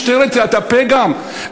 משטרת הפה גם?